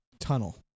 tunnel